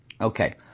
Okay